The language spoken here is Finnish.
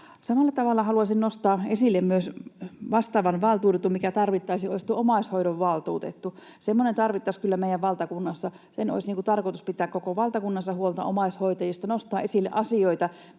Samalla tavalla haluaisin myös nostaa esille vastaavan valtuutetun, mikä tarvittaisiin. Se olisi omaishoidonvaltuutettu. Semmoinen tarvittaisiin kyllä meidän valtakunnassa. Sen olisi tarkoitus pitää koko valtakunnassa huolta omaishoitajista, nostaa esille asioita,